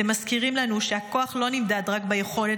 אתם מזכירים לנו שהכוח לא נמדד רק ביכולת